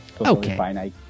okay